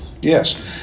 Yes